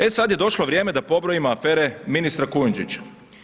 E, sad je došlo vrijeme da pobrojimo afere ministra Kujundžića.